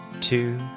two